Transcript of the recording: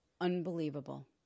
Unbelievable